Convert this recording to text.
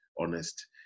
honest